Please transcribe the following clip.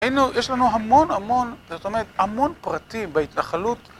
יש לנו המון המון, זאת אומרת המון פרטים בהתנחלות